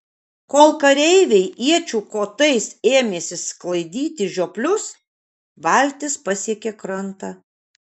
kol kareiviai iečių kotais ėmėsi sklaidyti žioplius valtis pasiekė krantą